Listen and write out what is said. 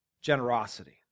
generosity